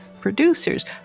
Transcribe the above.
producers